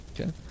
Okay